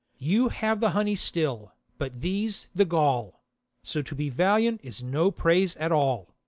you have the honey still, but these the gall so to be valiant is no praise at all.